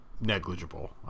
negligible